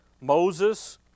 Moses